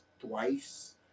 twice